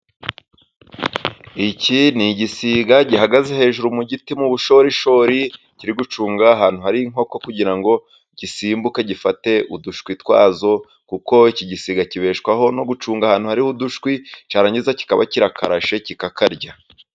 Iki ni igisiga gihagaze hejuru mu giti mu bushorishori, kiri gucunga ahantu hari inkoko, kugira ngo gisimbuke gifate udushwi twazo ,kuko iki gisiga kibeshwaho no gucunga ahantu hari udushwi cyarangiza kikaba kirakarashe kikakarya.